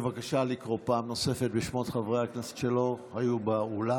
בבקשה לקרוא פעם נוספת בשמות חבר הכנסת שלא היו באולם.